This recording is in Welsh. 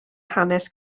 hanes